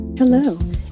Hello